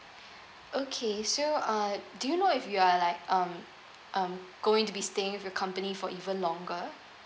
okay so uh do you know if you are like um um going to be staying with your company for even longer